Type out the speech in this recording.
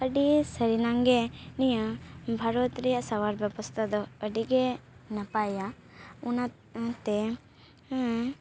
ᱟᱹᱰᱤ ᱥᱟᱹᱨᱤ ᱱᱟᱝ ᱜᱮ ᱱᱤᱭᱟᱹ ᱵᱷᱟᱨᱚᱛ ᱨᱮᱭᱟᱜ ᱥᱟᱶᱟᱨ ᱵᱮᱵᱚᱥᱛᱟ ᱫᱚ ᱟᱹᱰᱤ ᱜᱮ ᱱᱟᱯᱟᱭᱟ ᱚᱱᱟ ᱛᱮ